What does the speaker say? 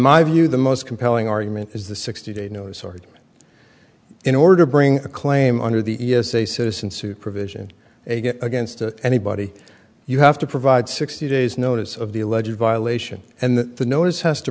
my view the most compelling argument is the sixty day no sort in order to bring a claim under the e s a citizen supervision you get against anybody you have to provide sixty days notice of the alleged violation and the notice has to